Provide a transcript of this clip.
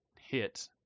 hit